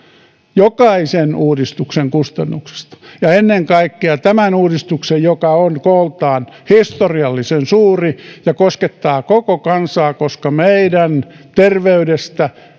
jokaisen uudistuksen kustannuksista ja ennen kaikkea tämän uudistuksen joka on kooltaan historiallisen suuri ja koskettaa koko kansaa koska meidän terveydestä